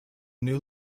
new